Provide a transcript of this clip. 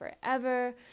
forever